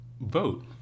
vote